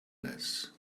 less